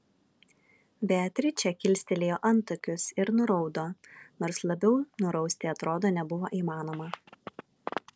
beatričė kilstelėjo antakius ir nuraudo nors labiau nurausti atrodo nebuvo įmanoma